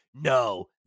no